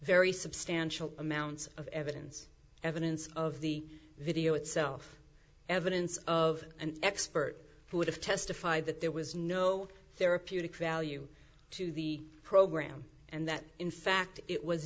very substantial amounts of evidence evidence of the video itself evidence of an expert who would have testified that there was no therapeutic value to the program and that in fact it was